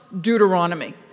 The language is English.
Deuteronomy